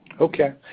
Okay